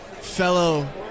fellow